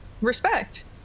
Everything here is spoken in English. respect